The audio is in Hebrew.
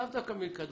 לאו דווקא מכדורגל,